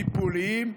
טיפוליים.